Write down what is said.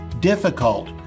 difficult